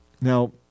Now